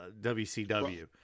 WCW